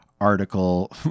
article